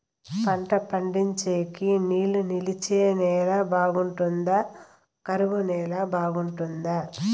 పంట పండించేకి నీళ్లు నిలిచే నేల బాగుంటుందా? కరువు నేల బాగుంటుందా?